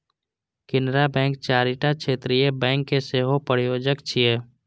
Canara bank चारिटा क्षेत्रीय bank के सेहो प्रायोजक छियै